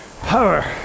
power